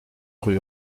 rue